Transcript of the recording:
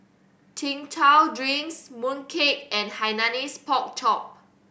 Chin Chow drinks mooncake and Hainanese Pork Chop